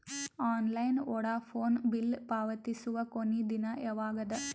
Online Vodafone bill ಪಾವತಿಸುವ ಕೊನಿ ದಿನ ಯವಾಗ ಅದ?